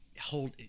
hold